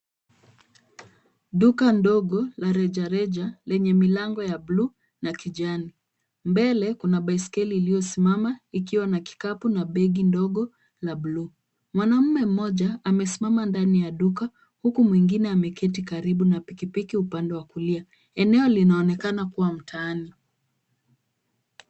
Duka ndogo la rejareja lenye milango ya buluu na kijani. Mbele kuna baiskeli iliyosimama ikiwa na kikapu na begi ndogo la buluu. Mwanamume mmoja amesimama ndani ya duka, huku mwingine ameketi karibu na pikipiki upande wa kulia. Eneo linaonekana kuwa mtaani.